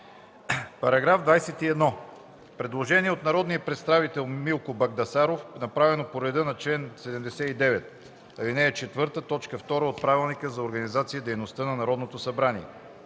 Параграф 21 – предложение от народния представител Милко Багдасаров, направено по реда на чл. 79, ал. 4, т. 2 от Правилника за организацията и дейността на Народното събрание.